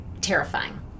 terrifying